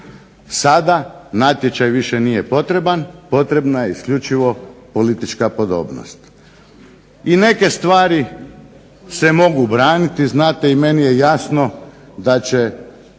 više natječaj nije potreban, potrebna je isključivo politička podobnost. I neke stvari se mogu braniti, znate meni je jasno da će